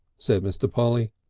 said mr. polly.